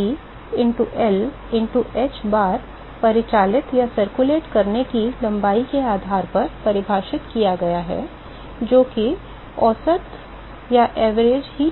तो minus P into L into h bar परिचालित करने की लंबाई के आधार पर परिभाषित किया गया है जो कि औसत ऊष्मा परिवहन